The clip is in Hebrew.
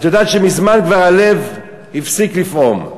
את יודעת שמזמן כבר הלב הפסיק לפעום.